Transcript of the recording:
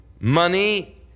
money